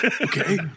Okay